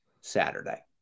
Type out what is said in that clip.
Saturday